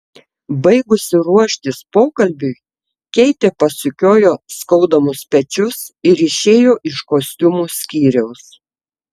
baigusi ruoštis pokalbiui keitė pasukiojo skaudamus pečius ir išėjo iš kostiumų skyriaus